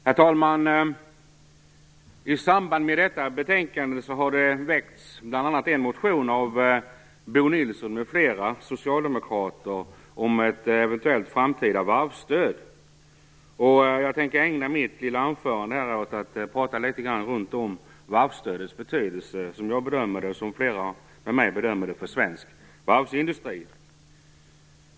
Herr talman! I samband med detta betänkande har det väckts bl.a. en motion av Bo Nilsson m.fl. socialdemokrater om ett eventuellt framtida varvsstöd. Jag tänker ägna mitt anförande åt att prata litet grand kring varvsstödets betydelse som jag och flera med mig bedömer det för svensk varvsindustri.